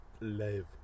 live